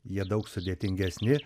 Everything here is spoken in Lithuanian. jie daug sudėtingesni